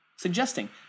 suggesting